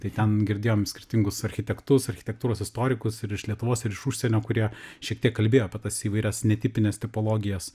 tai ten girdėjom skirtingus architektus architektūros istorikus ir iš lietuvos ir iš užsienio kurie šiek tiek kalbėjo apie tas įvairias netipines tipologijas